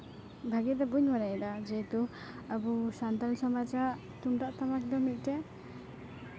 ᱵᱷᱟᱜᱮ ᱫᱚ ᱵᱟᱹᱧ ᱵᱟᱲᱟᱭᱟ ᱡᱮᱦᱮᱛᱩ ᱟᱵᱚ ᱥᱟᱱᱛᱟᱲ ᱥᱚᱢᱟᱡᱽ ᱨᱮᱱᱟᱜ ᱛᱩᱢᱫᱟ ᱜ ᱴᱟᱢᱟᱠ ᱫᱚ ᱢᱤᱫᱴᱮᱡ